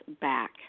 back